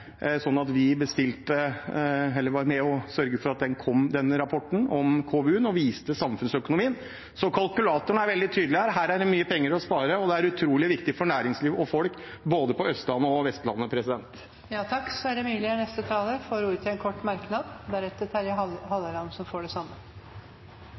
sånn at vi var med og sørget for at denne rapporten om KVU-en kom og viste samfunnsøkonomien. Kalkulatoren er veldig tydelig her – her er det mye penger å spare, og det er utrolig viktig for næringsliv og folk på både Østlandet og Vestlandet. Representanten Sverre Myrli har hatt ordet to ganger tidligere og får ordet til en kort merknad,